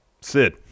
Sid